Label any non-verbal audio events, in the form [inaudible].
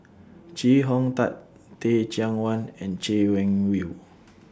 [noise] Chee Hong Tat Teh Cheang Wan and Chay Weng Yew [noise]